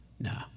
No